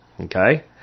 Okay